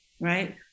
right